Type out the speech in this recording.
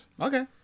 Okay